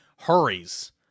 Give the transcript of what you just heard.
hurries